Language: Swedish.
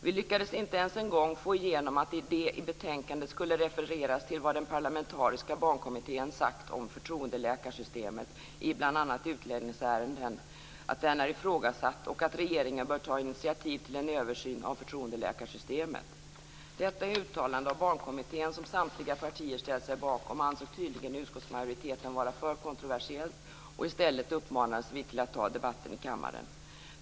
Vi lyckades inte ens få igenom att det i betänkandet skulle refereras till vad den parlamentariska barnkommittén har sagt om att förtroendeläkarsystemet i bl.a. utlänningsärenden är ifrågasatt och att regeringen bör ta initiativ till en översyn av förtroendeläkarsystemet. Detta uttalande av Barnkommittén, som samtliga partier ställt sig bakom, ansåg tydligen utskottsmajoriteten vara för kontroversiellt. I stället uppmanades vi att ta debatten i kammaren.